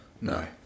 No